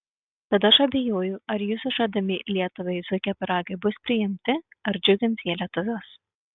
tad aš abejoju ar jūsų žadami lietuvai zuikio pyragai bus priimti ar džiugins jie lietuvius